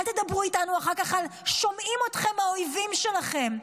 אל תדברו איתנו אחר כך על "שומעים אתכם האויבים שלכם".